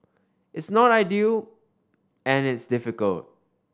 it's not ideal and it's difficult